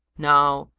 now,